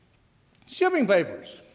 shipping papers.